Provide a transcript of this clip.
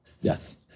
Yes